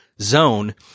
zone